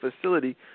facility